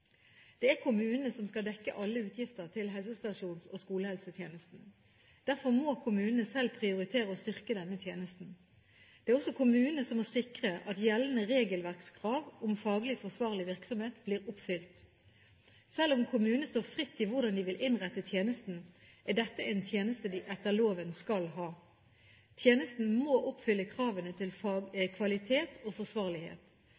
Det er kommunene som skal dekke alle utgifter til helsestasjons- og skolehelsetjenesten. Derfor må kommunene selv prioritere å styrke denne tjenesten. Det er også kommunene som må sikre at gjeldende regelverkskrav om faglig forsvarlig virksomhet blir oppfylt. Selv om kommunene står fritt med hensyn til hvordan de vil innrette tjenesten, er dette en tjeneste de etter loven skal ha. Tjenesten må oppfylle kravene til